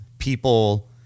people